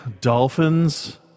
dolphins